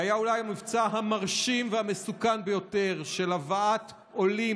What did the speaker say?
זה היה אולי המבצע המרשים והמסוכן ביותר של הבאת עולים,